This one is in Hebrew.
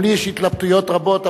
גם לי יש התלבטויות רבות,